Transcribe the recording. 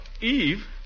Eve